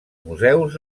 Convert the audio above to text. museus